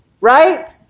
Right